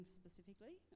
specifically